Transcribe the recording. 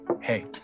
Hey